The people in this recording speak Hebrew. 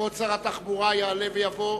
כבוד שר התחבורה יעלה ויבוא.